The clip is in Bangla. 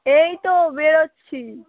এই তো বেরচ্ছি